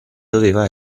doveva